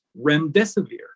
Remdesivir